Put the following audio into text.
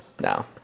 no